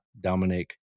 Dominic